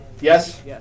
Yes